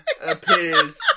appears